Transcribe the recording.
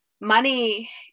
money